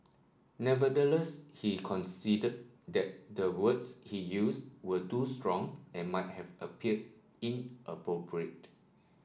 nevertheless he conceded that the words he used were too strong and might have appeared inappropriate